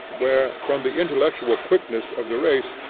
where, from the intellectual quickness of the race,